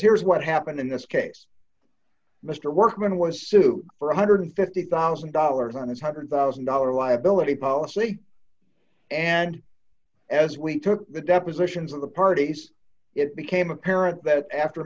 here is what happened in this case mr workman was sued for one hundred and fifty thousand dollars on his one hundred thousand dollars liability policy and as we took the depositions of the parties it became apparent that after